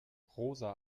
rosa